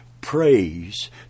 praise